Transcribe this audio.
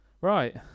right